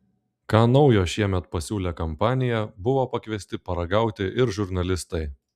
ką naujo šiemet pasiūlė kompanija buvo pakviesti paragauti ir žurnalistai